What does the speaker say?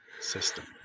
system